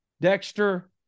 Dexter